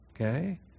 Okay